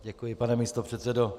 Děkuji, pane místopředsedo.